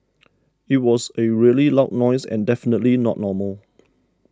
it was a really loud noise and definitely not normal